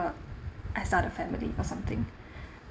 I start a family or something